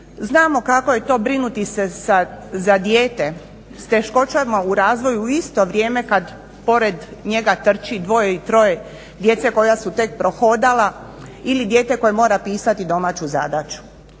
Znamo kako je to brinuti se za dijete s teškoćama u razvoju u isto vrijeme kad pored njega trči dvoje i troje djece koja su tek prohodala ili dijete koje mora pisati domaću zadaću.